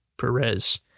Perez